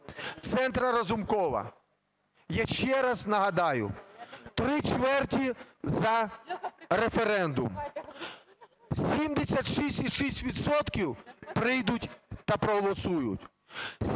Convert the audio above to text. Центра Разумкова. Я ще раз нагадаю, три чверті за референдум, 76,6 відсотків прийдуть та проголосують.